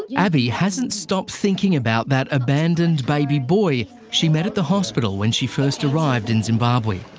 yeah abii hasn't stopped thinking about that abandoned baby boy she met at the hospital when she first arrived in zimbabwe.